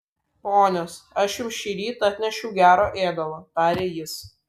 ponios aš jums šįryt atnešiau gero ėdalo tarė jis